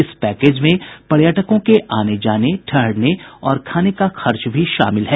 इस पैकेज में पर्यटकों के आने आने ठहरने और खाने का खर्च भी शामिल है